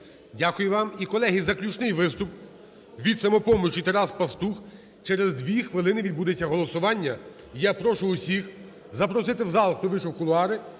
Дякую вам. І, колеги, заключний виступ. Від "Самопомочі" – Тарас Пастух. Через 2 хвилини відбудеться голосування. Я прошу усіх запросити в зал, хто вийшов в кулуари,